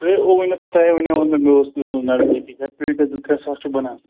تُہۍ ہے اووُے نہٕ پَتہٕ تۄہے وَنیوُ مےٚ مےٚ اوس دیُتمُت نظر أکِس جایہِ پیٹٮ۪س زٕ ترٛےٚ ساس چھِ بَنان